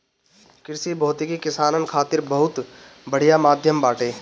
कृषि भौतिकी किसानन खातिर बहुत बढ़िया माध्यम बाटे